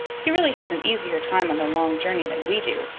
he really has an easier time on the long journey than we do,